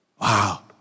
Wow